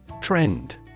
Trend